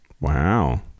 Wow